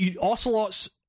Ocelot's